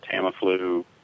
Tamiflu